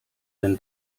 denn